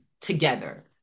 together